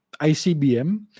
ICBM